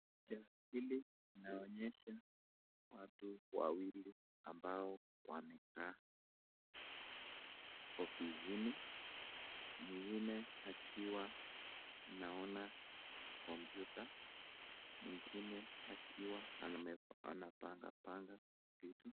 Picha hili inaonyesha watu wawili ambao wamekaa ofisini mwengine akiwa anaona kompyuta, mwengine akiwa ame anapanga panga vitu.